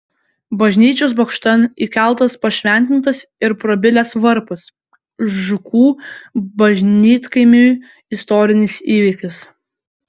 bažnyčios bokštan įkeltas pašventintas ir prabilęs varpas žukų bažnytkaimiui istorinis įvykis